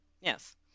Yes